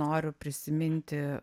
noriu prisiminti